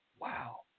wow